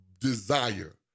desire